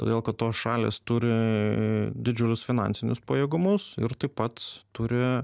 todėl kad tos šalys turi didžiulius finansinius pajėgumus ir taip pat turi